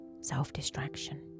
Self-distraction